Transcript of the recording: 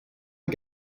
the